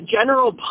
general